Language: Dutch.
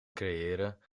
creëren